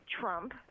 Trump